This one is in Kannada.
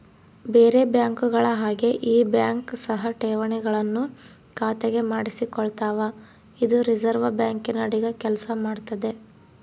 ಬೇರೆ ಬ್ಯಾಂಕುಗಳ ಹಾಗೆ ಈ ಬ್ಯಾಂಕ್ ಸಹ ಠೇವಣಿಗಳನ್ನು ಖಾತೆಗೆ ಮಾಡಿಸಿಕೊಳ್ತಾವ ಇದು ರಿಸೆರ್ವೆ ಬ್ಯಾಂಕಿನ ಅಡಿಗ ಕೆಲ್ಸ ಮಾಡ್ತದೆ